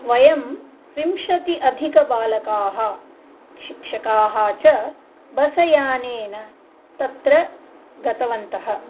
वयं विंशत्यधिकाः बालकाः शिक्षकाः च बस यानेन तत्र गतवन्तः